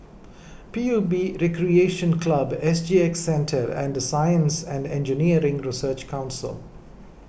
P U B Recreation Club S G X Centre and Science and Engineering Research Council